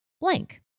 blank